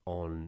on